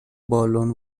بالن